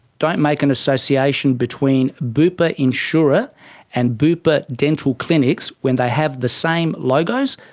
don't make an association between bupa insurer and bupa dental clinics when they have the same logos,